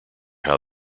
how